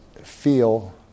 feel